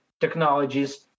technologies